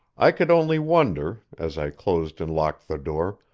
i could only wonder, as i closed and locked the door,